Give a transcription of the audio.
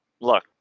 look